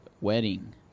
wedding